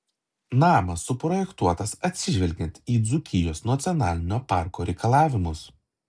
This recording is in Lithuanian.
namas suprojektuotas atsižvelgiant į dzūkijos nacionalinio parko reikalavimus